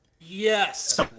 Yes